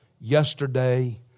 yesterday